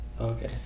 Okay